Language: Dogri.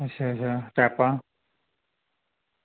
अच्छा अच्छा पाइपां